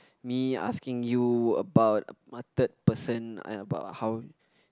me asking you about a third person and about how